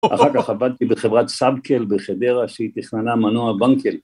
אחר כך עבדתי בחברת סאבקל בחדרה שהיא תכננה מנוע בנקל.